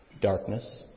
darkness